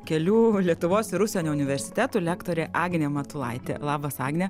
kelių lietuvos ir užsienio universitetų lektorė agnė matulaitė labas agne